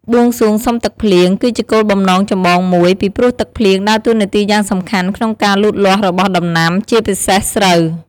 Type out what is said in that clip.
បួងសួងសុំទឹកភ្លៀង គឺជាគោលបំណងចម្បងមួយ ពីព្រោះទឹកភ្លៀងដើរតួនាទីយ៉ាងសំខាន់ក្នុងការលូតលាស់របស់ដំណាំ ជាពិសេសស្រូវ។